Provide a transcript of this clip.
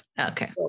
Okay